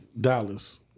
Dallas